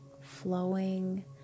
flowing